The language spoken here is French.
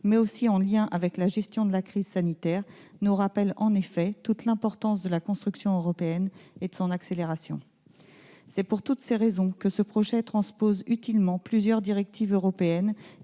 mais aussi de la gestion de la crise sanitaire, nous rappellent toute l'importance de la construction européenne et de son accélération. Pour toutes ces raisons, ce projet de loi transpose utilement plusieurs directives européennes